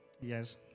Yes